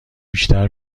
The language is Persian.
بیشتر